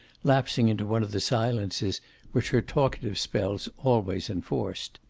lapsing into one of the silences which her talkative spells always enforced.